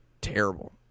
Terrible